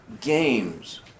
games